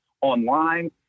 online